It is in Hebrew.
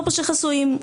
חסויים,